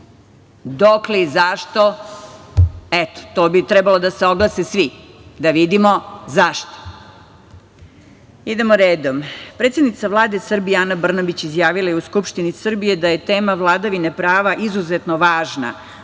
Dokle i zašto? Eto, to bi trebalo da se oglase svi, da vidimo zašto. Idemo redom. Predsednica Vlade Srbije Ana Brnabić izjavila je u Skupštini Srbije da je tema vladavine prava izuzetno važna